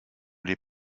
les